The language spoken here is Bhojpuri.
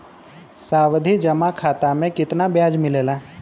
सावधि जमा खाता मे कितना ब्याज मिले ला?